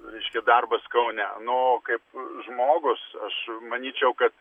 reiškia darbas kaune na o kaip žmogus aš manyčiau kad